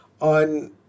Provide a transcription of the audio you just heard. on